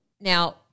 Now